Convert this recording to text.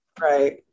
Right